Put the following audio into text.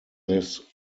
this